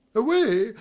away!